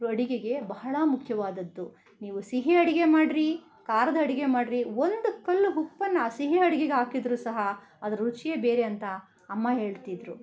ಅಡುಗೆಗೆ ಬಹಳ ಮುಖ್ಯವಾದದ್ದು ನೀವು ಸಿಹಿ ಅಡಿಗೆ ಮಾಡಿರಿ ಖಾರದ ಅಡುಗೆ ಮಾಡಿರಿ ಒಂದು ಕಲ್ಲು ಉಪ್ಪನ್ನು ಆ ಸಿಹಿ ಅಡುಗೆಗೆ ಹಾಕಿದರು ಸಹ ಅದರ ರುಚಿಯೇ ಬೇರೆ ಅಂತ ಅಮ್ಮ ಹೇಳ್ತಿದ್ರು